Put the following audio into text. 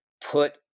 put